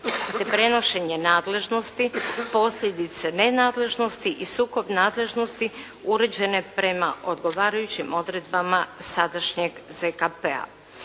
prenošenje nadležnosti posljedice nenadležnosti i sukob nadležnosti uređene prema odgovarajućim odredbama sadašnjeg ZKP-a.